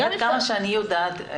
עד כמה שאני יודעת,